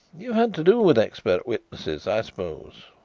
you've had to do with expert witnesses i suppose?